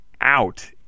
out